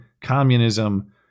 communism